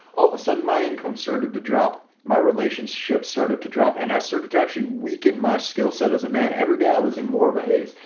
all of a sudden my income started to drop my relationship started to drop and i started to actually weakened my skill set as a man every day i was in more of a haze,